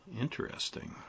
Interesting